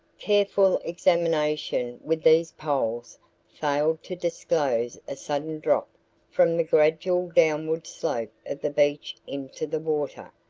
careful examination with these poles failed to disclose a sudden drop from the gradual downward slope of the beach into the water,